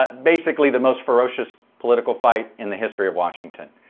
but basically the most ferocious political fight in the history of washington.